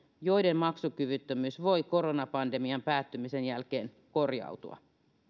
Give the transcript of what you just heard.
joiden maksukyvyttömyys voi koronapandemian päättymisen jälkeen korjautua